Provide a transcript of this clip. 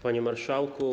Panie Marszałku!